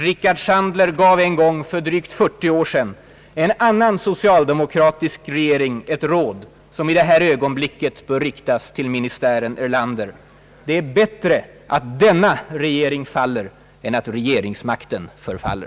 Rickard Sandler gav en gång för drygt 40 år sedan en annan socialdemokratisk regering ett råd som i detta ögonblick bör riktas till ministären Erlander: »Det är bättre att denna regering faller än att regeringsmakten förfaller.»